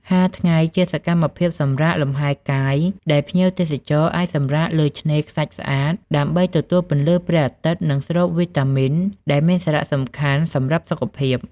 ហាលថ្ងៃ ជាសកម្មភាពសម្រាកលំហែកាយដែលភ្ញៀវទេសចរអាចសម្រាកលើឆ្នេរខ្សាច់ស្អាត ដើម្បីទទួលពន្លឺព្រះអាទិត្យ និងស្រូបវីតាមីន ដែលមានសារៈសំខាន់ សម្រាប់សុខភាព។